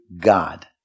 God